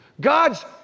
God's